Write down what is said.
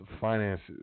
finances